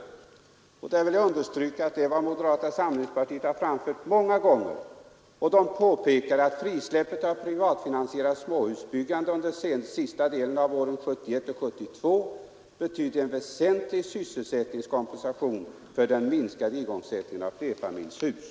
Jag vill understryka att ökat småhusbyggande är vad moderata samlingspartiet har framfört många gånger. Gruppen påpekar också att frisläppandet av privatfinansierat småhusbyggande under sista delarna av åren 1971 och 1972 betydde en väsentlig sysselsättningskompensation för den minskade igångsättningen av flerfamiljshus.